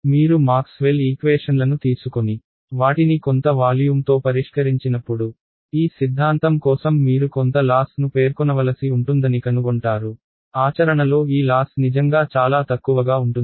మీరు మాక్స్వెల్ ఈక్వేషన్లను తీసుకొని వాటిని కొంత వాల్యూమ్తో పరిష్కరించినప్పుడు ఈ సిద్ధాంతం కోసం మీరు కొంత లాస్ ను పేర్కొనవలసి ఉంటుందని కనుగొంటారు ఆచరణలో ఈ లాస్ నిజంగా చాలా తక్కువగా ఉంటుంది